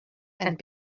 and